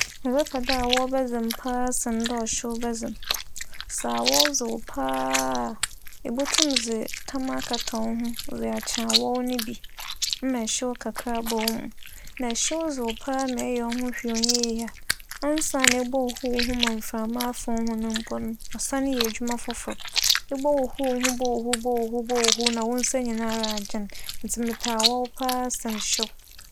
Mebɛpɛ dɛ awͻw bɛdze me paa sen dɛ ͻhyew bɛdze me. Sɛ awͻw dze wo paa ibotum dze tam akata wo ho dze akye awͻw no bi ma hyew kakra aba wo mu. Na hyew dze wo paa ma eyɛ woho hwee a ͻnnyɛ yie a, ansaana ibohuhuw woho ma mframa afa woho no, ͻsan yɛ edwuma fofor. Ibohuhuw woho bohuhuw bohuhuw bohuhuw na wo nsa nyinara agyen. Ntsi mepɛ awͻw paa sen hyew.